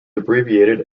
abbreviated